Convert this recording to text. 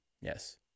Yes